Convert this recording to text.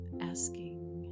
asking